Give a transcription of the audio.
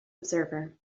observer